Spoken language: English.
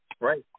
Right